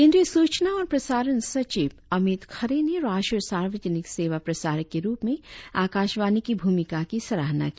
केंद्रीय सूचना और प्रसारण सचिव अमित खड़े ने राष्ट्रीय सार्वजनिक सेवा प्रसारक के रुप में आकाशवाणी की भूमिका की सराहना की